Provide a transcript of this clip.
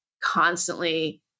constantly